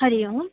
हरिः ओम्